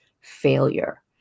failure